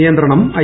നിയന്ത്രണം ഐ